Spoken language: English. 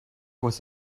was